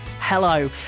Hello